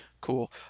Cool